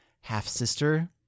half-sister